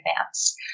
advance